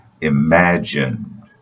imagined